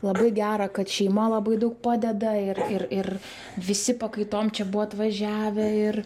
labai gera kad šeima labai daug padeda ir ir ir visi pakaitom čia buvo atvažiavę ir